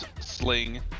sling